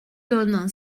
donne